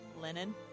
linen